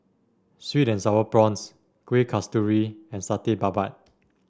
sweet and sour prawns Kueh Kasturi and Satay Babat